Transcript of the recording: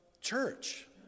church